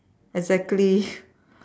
exactly